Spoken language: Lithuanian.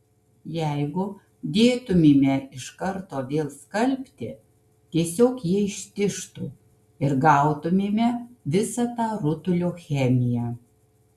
jeigu dėtumėme iš karto vėl skalbti tiesiog jie ištižtų ir gautumėme visa tą rutulio chemiją